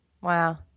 Wow